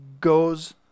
goes